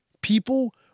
people